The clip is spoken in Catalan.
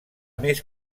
més